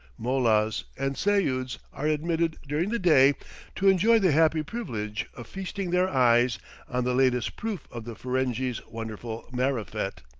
mollahs, and seyuds are admitted during the day to enjoy the happy privilege of feasting their eyes on the latest proof of the ferenghis' wonderful marifet,